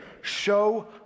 show